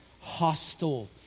hostile